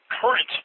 current